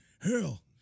Hell